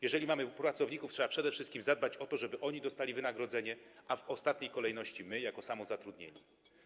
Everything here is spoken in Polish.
Jeżeli mamy pracowników, to trzeba przede wszystkim zadbać o to, żeby oni dostali wynagrodzenie, a w ostatniej kolejności my jako samozatrudnieni.